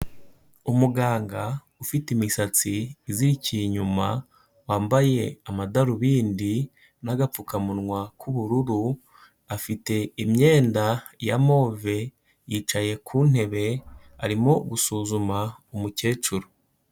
Umuganga ufite imisatsi izirikiye inyuma, wambaye amadarubindi n'agapfukamunwa k'ubururu, afite imyenda ya move, yicaye ku ntebe, arimo gusuzuma umukecuru.